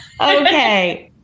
Okay